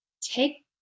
take